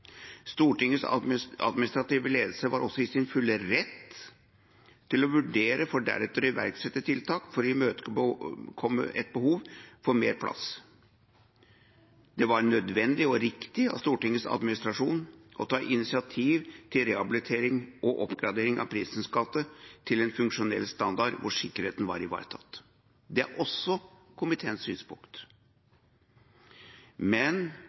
Stortingets administrative ledelse var også i sin fulle rett til å vurdere, for deretter å iverksette, tiltak for å imøtekomme et behov for mer plass. Det var nødvendig og riktig av Stortingets administrasjon å ta initiativ til rehabilitering og oppgradering av Prinsens gate 26 til en funksjonell standard hvor sikkerheten var ivaretatt. Det er også komiteens synspunkt.